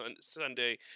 Sunday